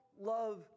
love